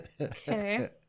Okay